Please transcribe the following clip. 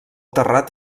terrat